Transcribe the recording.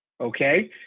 Okay